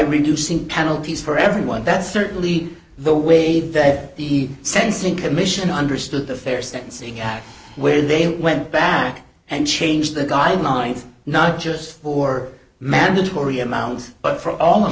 reducing penalties for everyone that's certainly the way that the sensing commission understood the fair sentencing act where they went back and changed the guidelines not just for mandatory amounts but for all